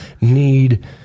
need